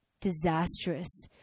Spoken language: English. disastrous